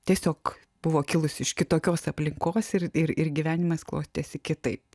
tiesiog buvo kilusi iš kitokios aplinkos ir ir ir gyvenimas klostėsi kitaip